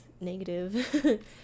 negative